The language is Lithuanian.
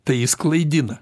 tai jis klaidina